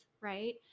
right